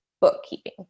bookkeeping